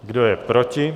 Kdo je proti?